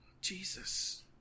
Jesus